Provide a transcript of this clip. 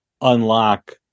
unlock